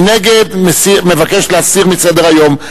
מי שנגד, מבקש להסיר מסדר-היום.